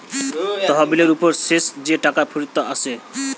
তহবিলের উপর শেষ যে টাকা ফিরত আসে